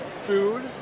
food